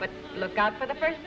but look out for the first